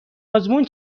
آزمون